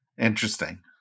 Interesting